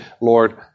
Lord